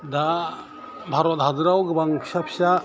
दा भारत हादराव गोबां फिसा फिसा